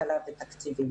ותקציבים.